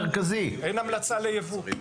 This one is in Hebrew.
אין המלצה ליבוא.